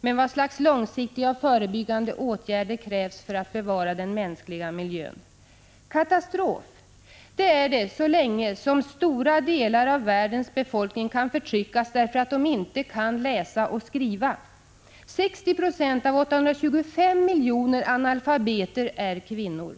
Men vad slags långsiktiga och förebyggande åtgärder krävs för att bevara den mänskliga miljön? Katastrof, det är det så länge som stora delar av världens befolkning kan förtryckas därför att de inte kan läsa och skriva. 60 96 av 825 miljoner analfabeter är kvinnor.